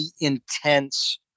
intense